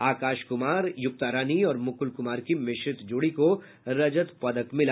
आकाश कुमार युक्ता रानी और मुकुल कुमार की मिश्रित जोड़ी को रजत पदक मिला